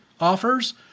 offers